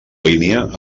línia